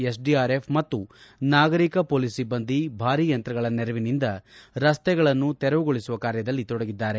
SDRF ಮತ್ತು ನಾಗರಿಕ police ಸಿಬ್ಬಂದಿ ಭಾರಿ ಯಂತ್ರಗಳ ನೆರವಿನಿಂದ ರಸ್ತೆಗಳನ್ನು ತೆರಳಿಸುವ ಕಾರ್ಯದಲ್ಲಿ ತೊಡಗಿದ್ದಾರೆ